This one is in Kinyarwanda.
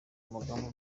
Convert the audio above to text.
amagambo